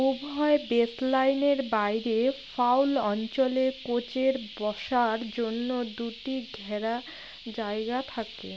উভয় বেসলাইনের বাইরে ফাউল অঞ্চলে কোচের বসার জন্য দুটি ঘেরা জায়গা থাকে